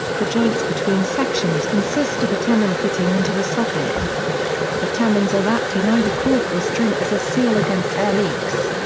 the joints between sections consist of a tenon fitting into a socket the tenons are wrapped in either cork or string as a seal against air leaks.